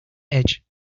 edge